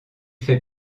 fait